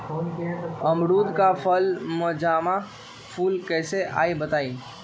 अमरुद क फल म जादा फूल कईसे आई बताई?